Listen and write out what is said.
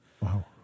Wow